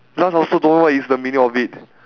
plus I also don't know what is the meaning of it